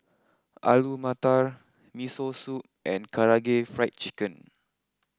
Alu Matar Miso Soup and Karaage Fried Chicken